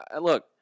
look